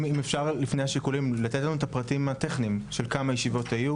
אם אפשר לפני השיקולים לתת לנו את הפרטים הטכניים - כמה ישיבות היו?